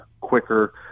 quicker